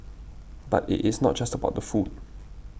but it is not just about the food